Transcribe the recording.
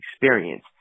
experience